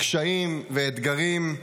קשיים ואתגרים.